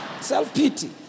self-pity